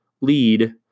lead